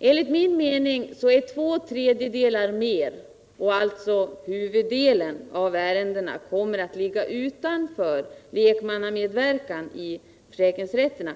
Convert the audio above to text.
Enligt min mening är två tredjedelar mer 16 december 1977 än en tredjedel. Alltså kommer huvuddelen av ärendena att ligga utanför lekmannamedverkan i försäkringsrätterna.